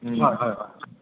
হয় হয় হয়